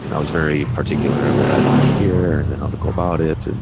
you know i was very particular what i wanted to hear and how to go about it. and